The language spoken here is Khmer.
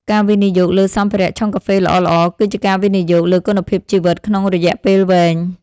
ការវិនិយោគលើសម្ភារៈឆុងកាហ្វេល្អៗ គឺជាការវិនិយោគលើគុណភាពជីវិតក្នុងរយៈពេលវែង។